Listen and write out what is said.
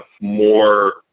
more